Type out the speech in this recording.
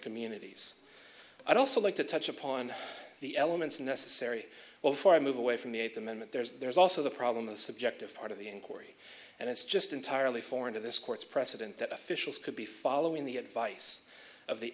communities i'd also like to touch upon the elements necessary well for i move away from the eighth amendment there's also the problem a subjective part of the inquiry and it's just entirely foreign to this court's precedent that officials could be following the advice of the